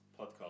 podcast